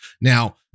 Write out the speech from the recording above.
now